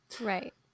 Right